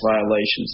violations